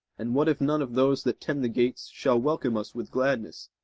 and what if none of those that tend the gates shall welcome us with gladness,